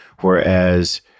Whereas